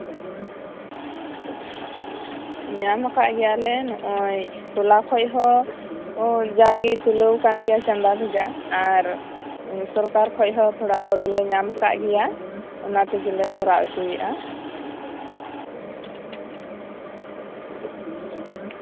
ᱧᱟᱢᱟᱠᱟᱜ ᱜᱮᱭᱟ ᱞᱮ ᱱᱚᱜᱼᱚᱭ ᱴᱚᱞᱟ ᱠᱷᱚᱡ ᱦᱚᱸ ᱡᱟᱜᱮ ᱛᱩᱞᱟᱹᱣ ᱠᱟᱱ ᱜᱮᱭᱟ ᱪᱟᱸᱫᱟ ᱵᱷᱮᱫᱟ ᱟᱨ ᱥᱚᱨᱠᱟᱨ ᱠᱷᱚᱡ ᱦᱚᱸ ᱛᱷᱚᱲᱟ ᱜᱚᱲᱚ ᱞᱮ ᱧᱟᱢᱟᱠᱟᱜ ᱜᱮᱭᱟ ᱚᱱᱟ ᱛᱮᱜᱮᱞᱮ ᱠᱚᱨᱟᱣ ᱦᱚᱪᱚᱭᱮᱫᱼᱟ